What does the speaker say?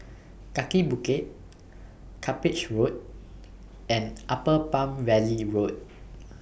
Kaki Bukit Cuppage Road and Upper Palm Valley Road